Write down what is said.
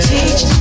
Teach